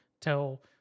tell